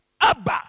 Abba